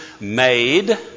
made